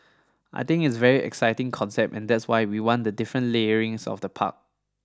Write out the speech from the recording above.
I think it's a very exciting concept and that's why we want the different layerings of the park